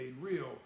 real